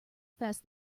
fast